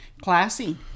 Classy